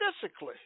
physically